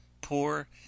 Poor